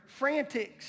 frantics